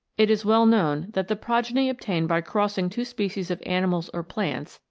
it is well known that the progeny obtained by crossing two species of animals or plants,